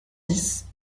dix